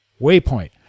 waypoint